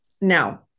now